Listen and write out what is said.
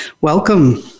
Welcome